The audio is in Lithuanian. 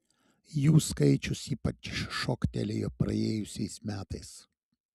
jų skaičius ypač šoktelėjo praėjusiais metais